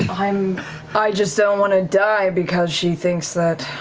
um i just don't want to die because she thinks that